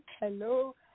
hello